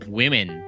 women